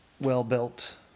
well-built